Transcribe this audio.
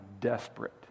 desperate